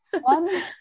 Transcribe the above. One